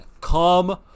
Come